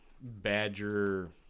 Badger